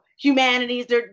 humanities